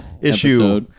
issue